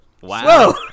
Wow